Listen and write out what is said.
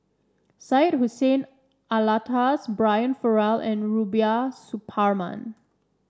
Syed Hussein Alatas Brian Farrell and Rubiah Suparman